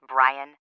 Brian